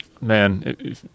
man